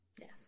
Yes